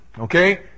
Okay